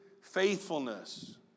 faithfulness